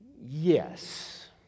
yes